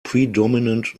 predominant